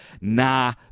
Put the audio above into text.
nah